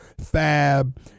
Fab